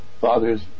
father's